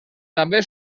també